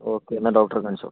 okay എന്നാൽ ഡോക്ടറേ കാണിച്ചോ